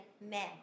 men